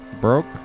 broke